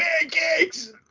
pancakes